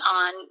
on